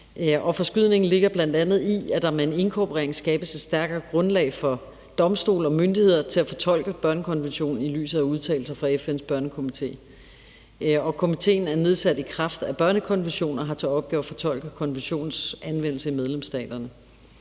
Forskydningen ligger bl.a. i, at der med en inkorporering skabes et stærkere grundlag for domstole og myndigheder for at fortolke børnekonventionen i lyset af udtalelser fra FN's Børnekomité. Komitéen er nedsat i kraft af børnekonventionen og har til opgave at fortolke konventionens anvendelse i medlemsstaterne.